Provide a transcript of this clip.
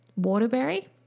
waterberry